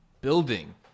building